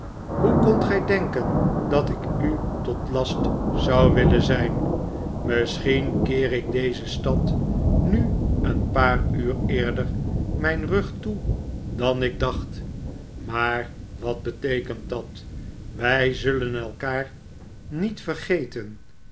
hoe kondt gij denken dat ik u tot last zou willen zijn misschien keer ik deze stad nu een paar uur eerder mijn rug toe dan ik dacht maar wat beteekent dat wij zullen elkaar niet vergeten